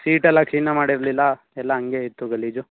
ಸೀಟೆಲ್ಲ ಕ್ಲೀನೇ ಮಾಡಿರಲಿಲ್ಲ ಎಲ್ಲ ಹಂಗೆ ಇತ್ತು ಗಲೀಜು